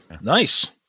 Nice